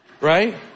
Right